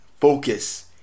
focus